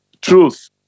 Truth